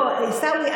עיסאווי,